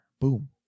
boom